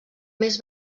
més